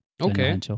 Okay